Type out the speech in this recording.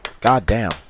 Goddamn